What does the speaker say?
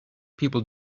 people